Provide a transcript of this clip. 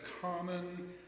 common